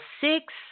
six